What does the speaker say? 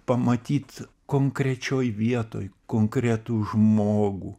pamatyt konkrečioj vietoj konkretų žmogų